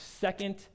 Second